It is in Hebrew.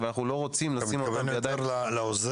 ואנחנו לא רוצים לשים אותם בידיים ללא הכשרה.